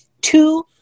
Two